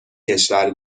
کشورا